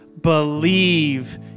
Believe